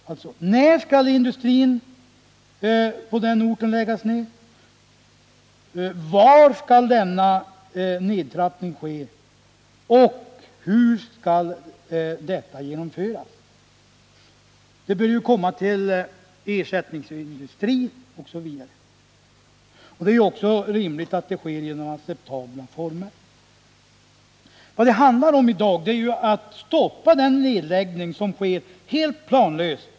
Alltså: När skall industrin på den orten läggas ner? Var skall denna nedtrappning ske? Hur skall detta gö s? Det bör ju komma någon ersättningsindustri, osv. Det är också rimligt att detta sker under acceptabla former. Vad diskussionen handlar om i dag är att stoppa den nedläggning som företas helt planlöst.